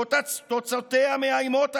תוצאותיה מאיימות עלינו.